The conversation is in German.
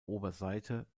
oberseite